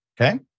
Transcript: okay